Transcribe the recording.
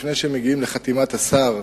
לפני שהם מגיעים לחתימת השר,